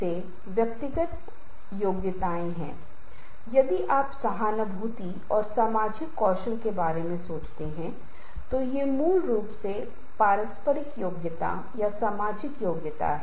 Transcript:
इसलिए हमें बहुत दुखी नहीं होना चाहिए कई बार ऐसा होता है कि समय के साथ कुछ समाधान आते हैं हमें इंतजार करना चाहिए और फिर हम समस्या का कुछ हल निकाल सकते हैं